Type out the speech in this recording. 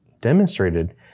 demonstrated